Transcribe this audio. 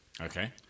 Okay